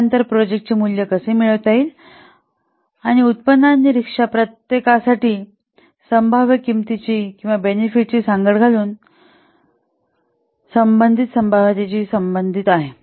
त्यानंतर प्रोजेजक्टचे मूल्य कसे मिळवता येते जे उत्पन्न किंवा रिस्कच्या प्रत्येकासाठी मिळणार्या संभाव्यतेच्या किंमतीची किंवा बेनिफिटची सांगड घालून संबंधित संभाव्यतेशी संबंधित आहे